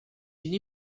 une